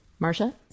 Marsha